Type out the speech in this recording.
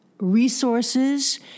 resources